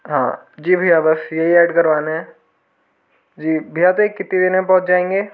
हाँ जी भय्या बस यही ऐड करवाने हैं जी भय्या तो ये कितनी देर में पहुंच जाएंगे